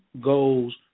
goals